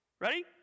Ready